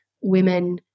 women